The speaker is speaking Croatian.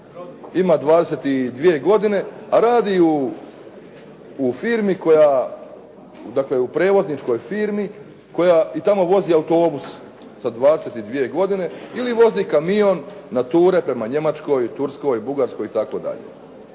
firmi koja, dakle u prijevozničkoj firmi i tamo vodi autobus sa 22 godine ili vozi kamion na ture prema Njemačkoj, Turskoj, Bugarskoj itd.